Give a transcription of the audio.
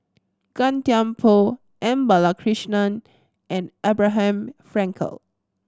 Gan Thiam Poh M Balakrishnan and Abraham Frankel